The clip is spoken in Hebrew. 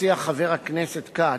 שהציע חבר הכנסת כץ,